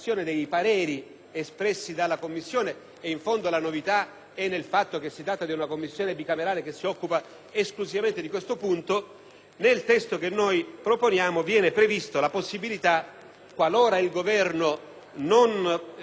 espressi dalla Commissione - in fondo la novità sta nel fatto che si tratta di una Commissione bicamerale che si occupa esclusivamente di questo punto - nel testo che noi proponiamo viene prevista la possibilità, qualora il Governo non